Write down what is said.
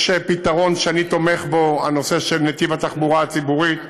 יש פתרון שאני תומך בו: הנושא של נתיב התחבורה הציבורית.